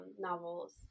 novels